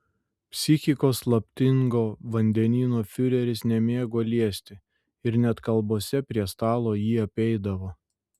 psichikos slaptingo vandenyno fiureris nemėgo liesti ir net kalbose prie stalo jį apeidavo